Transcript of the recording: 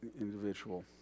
individual